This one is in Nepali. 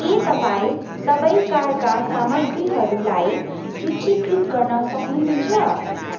के तपाईँ सबै कारका सामग्रीहरूलाई सूचीकृत गर्न सक्नुहुन्छ